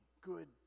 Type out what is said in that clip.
good